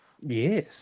Yes